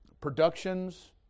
productions